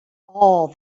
all